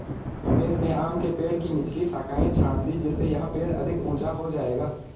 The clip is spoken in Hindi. रमेश ने आम के पेड़ की निचली शाखाएं छाँट दीं जिससे यह पेड़ अधिक ऊंचा हो जाएगा